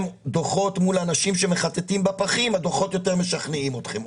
דוחות מול אנשים שמחטטים בפחים הדוחות יותר משכנעים אתכם,